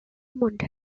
und